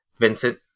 Vincent